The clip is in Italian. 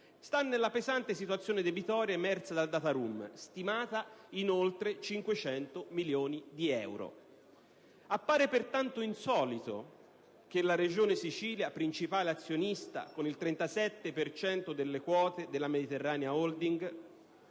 - nella pesante situazione debitoria emersa dalla *data room*, stimata in oltre 500 milioni di euro. Appare pertanto insolito che la Regione Sicilia, principale azionista con il 37 per cento delle quote della Mediterranea Holding,